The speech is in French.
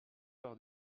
part